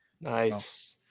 Nice